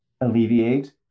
alleviate